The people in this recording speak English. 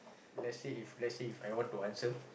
let's say if let's say If I want to answer